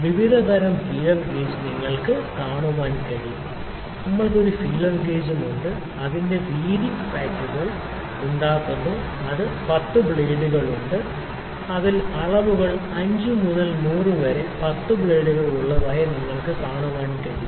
വിവിധതരം feeler gauge നിങ്ങൾക്ക് കാണാൻ കഴിയും നമ്മൾക്ക് ഒരു ഫീലർ ഗേജും ഉണ്ട് അത് വീതി പായ്ക്കുകൾ വീതി പായ്ക്കുകൾ ഉണ്ടാക്കുന്നു അതിൽ 10 ബ്ലേഡുകൾ ഉണ്ട് അതിൽ അളവുകൾ 5 മുതൽ 100 വരെ 10 ബ്ലേഡുകൾ ഉള്ളതായി നിങ്ങൾക്ക് കാണാൻ കഴിയും